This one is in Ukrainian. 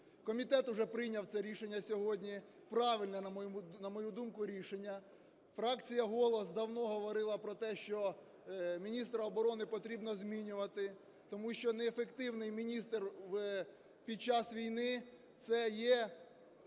Комітет уже прийняв це рішення сьогодні, правильне, на мою думку, рішення. Фракція "Голос" давно говорила про те, що міністра оборони потрібно змінювати, тому що неефективний міністр під час війни - це є